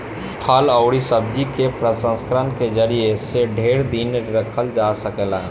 फल अउरी सब्जी के प्रसंस्करण के जरिया से ढेर दिन ले रखल जा सकेला